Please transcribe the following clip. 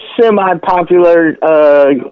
semi-popular